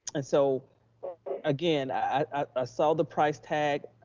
and so again, i ah saw the price tag.